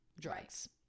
drugs